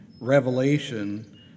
revelation